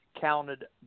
counted